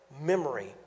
memory